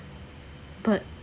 but